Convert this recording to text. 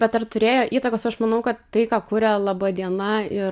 bet ar turėjo įtakos aš manau kad tai ką kuria labadiena ir